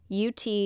UT